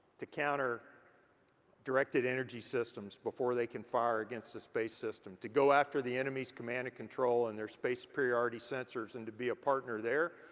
to counter directed energy systems before they can fire against a space system. to go after the enemy's command and control and their space superiority sensors and to be a partner there.